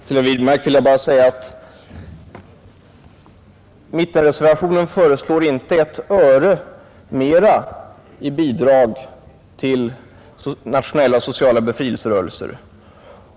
Fru talman! Till herr Wirmark vill jag bara säga att mittenreservationen inte föreslår ett öre mer i bidrag till nationella sociala befrielserörelser.